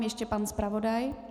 Ještě pan zpravodaj.